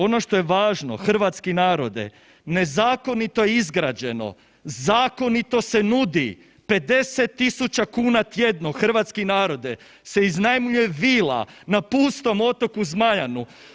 Ono što je važno hrvatski narode, nezakonito izgrađeno, zakonito se nudi 50 000 kuna tjedno, hrvatski narode se iznajmljuje vila na pustom otoku Zmajanu.